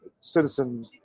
Citizen